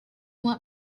want